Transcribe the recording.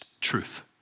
truth